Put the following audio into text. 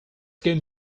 game